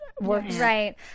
Right